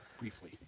briefly